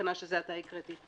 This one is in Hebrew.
בתקנה שזה עתה הקראתי.